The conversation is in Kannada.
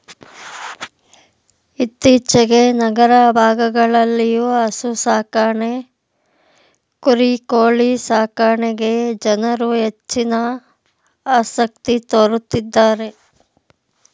ಇತ್ತೀಚೆಗೆ ನಗರ ಭಾಗಗಳಲ್ಲಿಯೂ ಹಸು ಸಾಕಾಣೆ ಕುರಿ ಕೋಳಿ ಸಾಕಣೆಗೆ ಜನರು ಹೆಚ್ಚಿನ ಆಸಕ್ತಿ ತೋರುತ್ತಿದ್ದಾರೆ